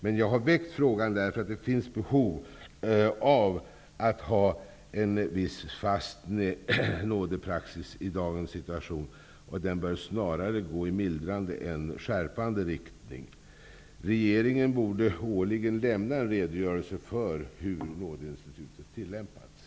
Men jag har väckt frågan därför att det finns behov av att ha en viss fast nådepraxis i dagens situation, och den bör snarare gå i mildrande än i skärpande riktning. Regeringen borde årligen lämna en redogörelse för hur nådeinstitutet har tillämpats.